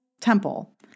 Temple